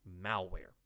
malware